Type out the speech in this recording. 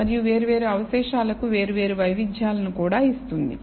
మరియు వేర్వేరు అవశేషాలకు వేర్వేరు వైవిధ్యాలను కూడా ఇస్తుంది